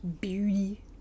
beauty